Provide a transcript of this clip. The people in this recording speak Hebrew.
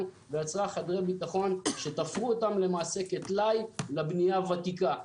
ויצרה חדרי ביטחון שתפרו אותם למעשה כטלאי לבנייה הוותיקה.